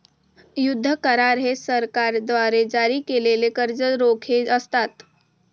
युद्ध करार हे सरकारद्वारे जारी केलेले कर्ज रोखे असतात